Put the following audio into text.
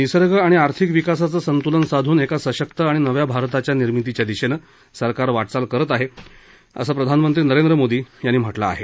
निसर्ग आणि आर्थिक विकासाचं संतुलन साधून एका सशक्त आणि नव्या भारताच्या निर्मितीच्या दिशेनं सरकार वाटचाल करत आहे असं प्रधानमंत्री नरेंद्र मोदी यांनी म्हटलं आहे